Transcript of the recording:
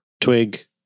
Twig